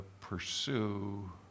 pursue